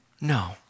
No